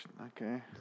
okay